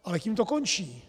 Ale tím to končí.